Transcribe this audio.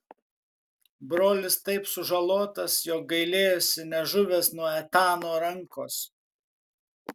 brolis taip sužalotas jog gailėjosi nežuvęs nuo etano rankos